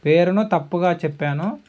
పేరును తప్పుగా చెప్పాను